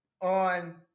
on